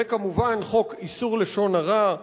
וכמובן חוק איסור לשון הרע,